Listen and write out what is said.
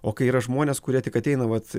o kai yra žmonės kurie tik ateina vat